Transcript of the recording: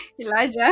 Elijah